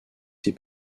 ses